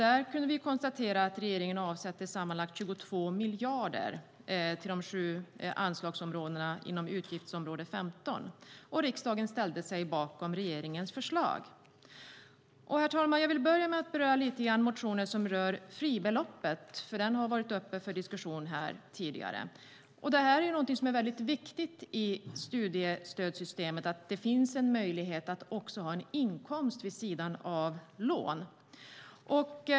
Där kunde vi konstatera att regeringen avsatte sammanlagt 22 miljarder kronor till de sju anslagsområdena inom utgiftsområde 15, och riksdagen ställde sig bakom regeringens förslag. Herr talman! Jag vill lite grann beröra motioner som rör fribeloppet, som har varit uppe till diskussion här tidigare. Det är viktigt i studiestödssystemet att det finns en möjlighet att också ha en inkomst vid sidan av lån.